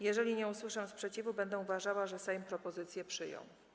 Jeżeli nie usłyszę sprzeciwu, będę uważała, że Sejm propozycję przyjął.